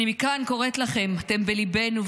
אני מכאן קוראת לכם: אתם בליבנו,